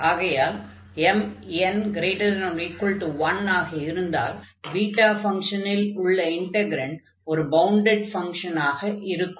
ஆகையால் mn≥1 ஆக இருந்தால் பீட்டா ஃபங்ஷனில் உள்ள இன்டக்ரன்ட் ஒரு பவுண்டட் ஃபங்ஷனாக இருக்கும்